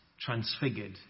transfigured